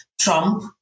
trump